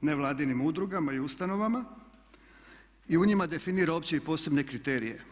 nevladinim udrugama i ustanovama i u njima definira opće i posebne kriterije.